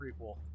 prequel